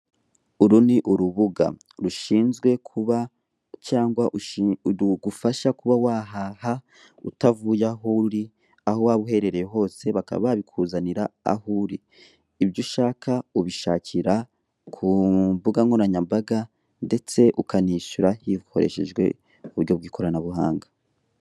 Uru ni urubuga rishinzwe kuba, cyangwa rugufasha kuba wahaha utavuye aho uri, aho waba uhereye hose bakaba babikuzanira aho uri. Ibyo ushaka ubishakira ku mbuga nkoranyambaga, ndetse ukanishyura hakoreshejwe uburyo bw'ikoranabuhanga.